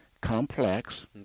complex